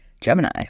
Gemini